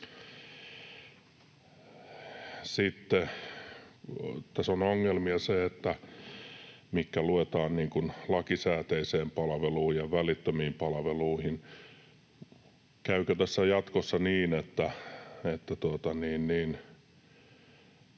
Sitten tässä on ongelmia siinä, että mitkä luetaan niin kuin lakisääteiseen palveluun ja välittömiin palveluihin. Jatkossa tämä